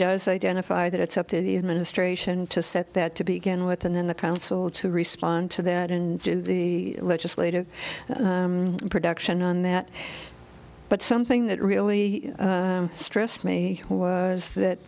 does identify that it's up to the administration to set that to begin with and then the council to respond to that and do the legislative production on that but something that really stressed me was that